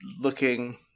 looking